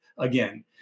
Again